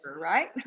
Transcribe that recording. right